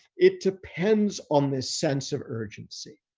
it depends on this sense of urgency,